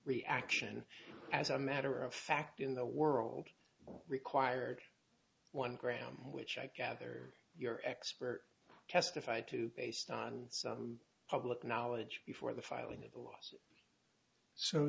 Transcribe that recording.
reaction as a matter of fact in the world required one gram which i gather your expert testified to based on public knowledge before the filing of a lot so